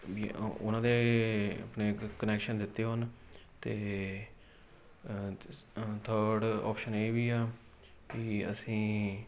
ਵੀ ਉਹਨਾਂ ਦੇ ਆਪਣੇ ਕਨੈਕਸ਼ਨ ਦਿੱਤੇ ਹਨ ਅਤੇ ਥਰਡ ਔਪਸ਼ਨ ਇਹ ਵੀ ਆ ਕਿ ਅਸੀਂ